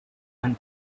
and